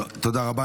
תודה רבה.